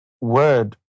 word